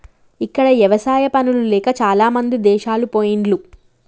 ఇక్కడ ఎవసాయా పనులు లేక చాలామంది దేశాలు పొయిన్లు